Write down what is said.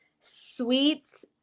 sweets